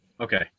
Okay